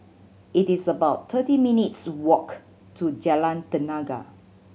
it is about thirty minutes' walk to Jalan Tenaga